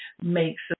makes